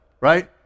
Right